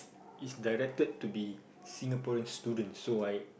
is directed to be Singaporean students so I